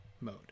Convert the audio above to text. mode